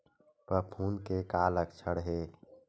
फफूंद के का लक्षण हे?